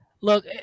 look